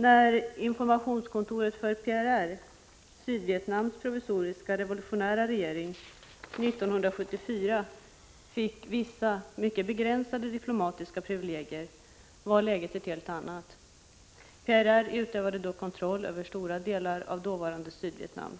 När informationskontoret för PRR, Sydvietnams provisoriska revolutionära regering, 1974 fick vissa, mycket begränsade diplomatiska privilegier var läget ett helt annat. PRR utövade då kontroll över stora delar av dåvarande Sydvietnam.